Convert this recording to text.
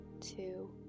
two